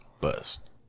Bust